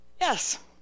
yes